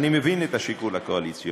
אני מבין את השיקול הקואליציוני,